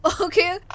Okay